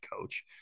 coach